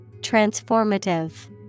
Transformative